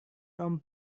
tom